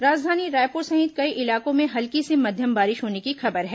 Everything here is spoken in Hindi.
राजधानी रायपुर सहित कई इलाकों में हल्की से मध्यम बारिश होने की खबर है